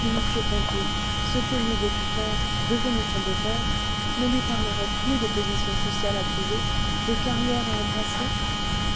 et m ponto ce terrible tuteur devenu son beau-père ne lui parlerait plus de position sociale à trouver de carrière à embrasser